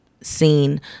scene